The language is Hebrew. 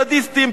סדיסטים,